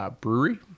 brewery